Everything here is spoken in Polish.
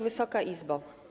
Wysoka Izbo!